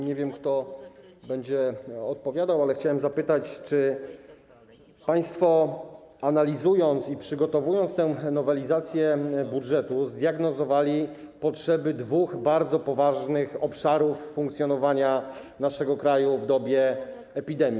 Nie wiem, kto będzie odpowiadał, ale chciałbym zapytać, czy państwo analizując i przygotowując tę nowelizację budżetu, zdiagnozowali potrzeby dwóch bardzo poważnych obszarów funkcjonowania naszego kraju w dobie epidemii.